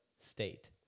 state